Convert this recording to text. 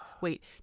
Wait